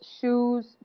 shoes